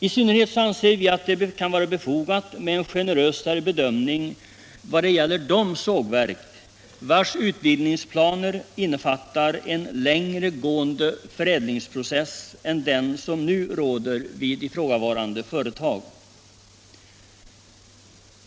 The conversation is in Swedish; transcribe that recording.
I synnerhet anser vi att det kan vara befogat med en generösare bedömning vad gäller de sågverk vars utvidgningsplaner innefattar en längre gående förädlingsprocess än den som nu råder vid ifrågavarande företag.